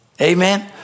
Amen